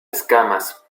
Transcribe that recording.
escamas